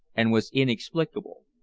and was inexplicable.